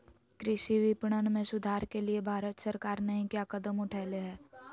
कृषि विपणन में सुधार के लिए भारत सरकार नहीं क्या कदम उठैले हैय?